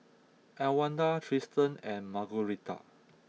Elwanda Tristan and Margueritta